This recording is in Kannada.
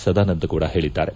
ಸದಾನಂದಗೌಡ ಹೇಳದ್ದಾರೆ